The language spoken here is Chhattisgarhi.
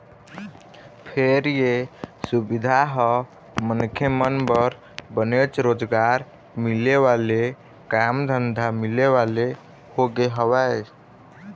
फेर ये सुबिधा ह मनखे मन बर बनेच रोजगार मिले वाले काम धंधा मिले वाले होगे हवय